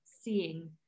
seeing